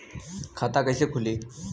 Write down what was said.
खाता कईसे खुली?